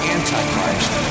Antichrist